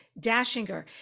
Dashinger